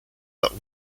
that